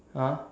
!huh!